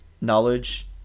knowledge